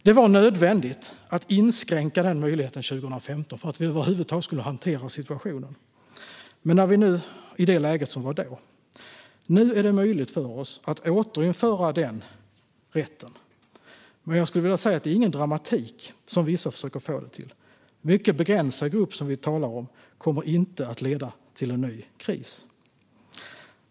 Det var nödvändigt att inskränka den möjligheten 2015 för att vi över huvud taget skulle kunna hantera situationen i det läge som var då. Nu är det möjligt för oss att återinföra den rätten. Men jag skulle vilja säga att det inte är någon dramatik, som vissa försöker att få det till. Det är en mycket begränsad grupp som vi talar om. Det kommer inte att leda till en ny kris.